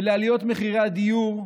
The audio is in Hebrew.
ולעליות מחירי הדיור,